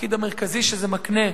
מהתפקיד המרכזי שזה מקנה,